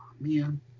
Man